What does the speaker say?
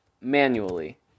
manually